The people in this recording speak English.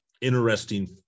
interesting